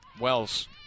Wells